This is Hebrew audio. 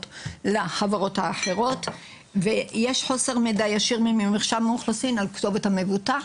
לחברות האחרות ויש חוסר מידע ישיר ממרשם האוכלוסין על כתובת המבוטח,